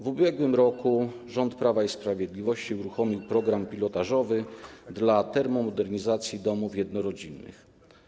W ubiegłym roku rząd Prawa i Sprawiedliwości uruchomił program pilotażowy dotyczący termomodernizacji domów jednorodzinnych.